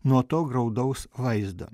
nuo to graudaus vaizdo